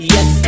Yes